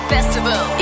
Festival